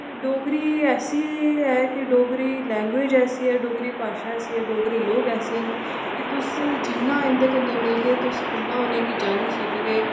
डोगरी ऐसी ऐ कि डोगरी लैंगूएज ऐसी ऐ डोगरी भाशा ऐसी ऐ डोगरी लोक ऐसे न कि तुस जिन्ना इं'दे कन्नै मिलगे तुस उ'न्ना उ'नेंगी जानी सकगे